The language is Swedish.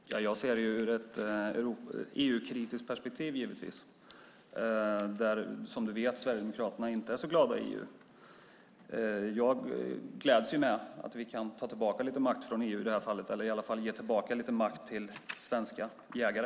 Fru talman! Jag ser det givetvis ur ett EU-kritiskt perspektiv där Sverigedemokraterna som du vet inte är så glada i EU. Jag gläds åt att vi i det här fallet kan ge tillbaka lite makt till svenska jägare.